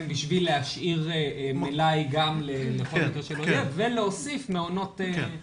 בשביל להשאיר מלאי גם לכל מקרה שלא יהיה ולהוסיף מעונות --- כן.